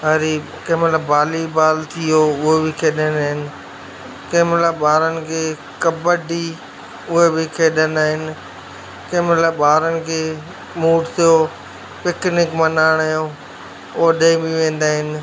हरी कंहिंमहिल बालीबॉल थी वियो उहो बि खेॾंदा आहिनि कंहिंमहिल ॿारनि खे कबड्डी उहो बि खेॾंदा आहिनि कंहिंमहिल ॿारनि खे मूड थियो पिकनिक मल्हाइण जो ओॾांहुं बि वेंदा आहिनि